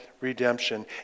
redemption